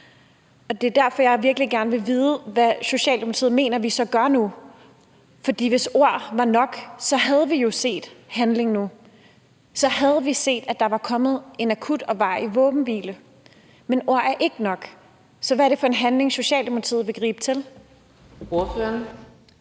Det er derfor, jeg virkelig gerne vil vide, hvad Socialdemokratiet så mener vi så gør nu. For hvis ord var nok, havde vi jo set handling nu; så havde vi set, at der var kommet en akut og varig våbenhvile. Men ord er ikke nok, så hvad er det for en handling, Socialdemokratiet vil gribe til? Kl. 17:42 Fjerde